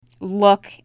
look